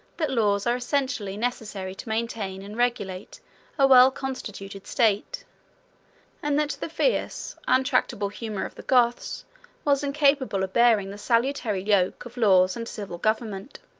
that laws are essentially necessary to maintain and regulate a well-constituted state and that the fierce, untractable humor of the goths was incapable of bearing the salutary yoke of laws and civil government.